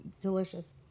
delicious